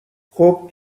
خوب